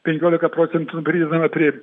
penkiolika procentų pridedama prie